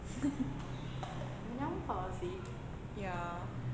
ya